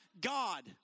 God